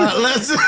let's